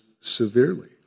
severely